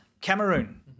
Cameroon